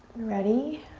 ready